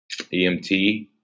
EMT